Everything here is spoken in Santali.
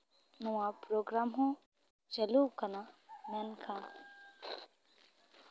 ᱱᱚᱣᱟ ᱯᱨᱳᱜᱨᱟᱢ ᱦᱚᱸ ᱪᱟᱹᱞᱩᱜ ᱠᱟᱱᱟ ᱢᱮᱱᱠᱷᱟᱱ